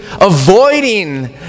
avoiding